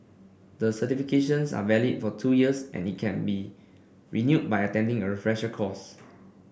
the certifications are valid for two years and can be renewed by attending a refresher course